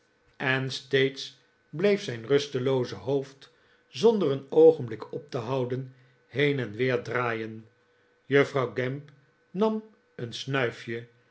en steeds bleef zijn rustelooze hoofd zonder een oogenblik op te houden heen en weer draaien juffrouw gamp nam een snuifje